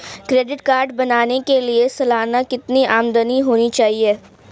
Credit card बनाने के लिए सालाना कितनी आमदनी होनी चाहिए?